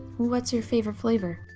what's your favorite flavor?